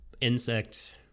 insect